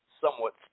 somewhat